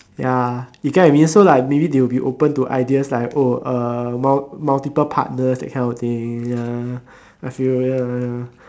ya you get what I mean so like maybe they will be open to ideas like oh uh mul~ multiple partners that kind of thing ya I feel ya ya